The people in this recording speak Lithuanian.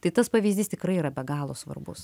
tai tas pavyzdys tikrai yra be galo svarbus